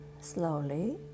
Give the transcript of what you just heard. slowly